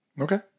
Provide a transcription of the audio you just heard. Okay